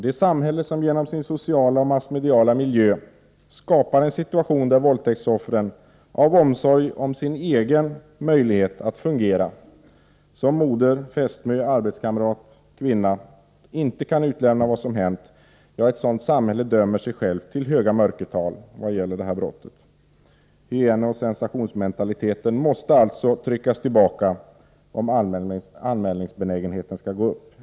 Det är samhället som genom sin sociala och massmediala miljö skapar en situation där våldtäktsoffren, av omsorg om sin egen möjlighet att fungera som moder, fästmö, arbetskamrat och kvinna, inte kan utlämna vad som hänt. Ett sådant samhälle dömer sig självt till höga mörkertal vad gäller det här brottet. Hyeneoch sensationsmentaliteten måste alltså tryckas tillbaka om anmälningsbenägenheten skall öka.